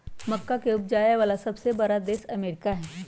मक्का के उपजावे वाला सबसे बड़ा देश अमेरिका हई